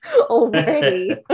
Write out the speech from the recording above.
already